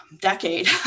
decade